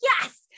Yes